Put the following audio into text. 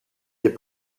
est